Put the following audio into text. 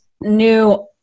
new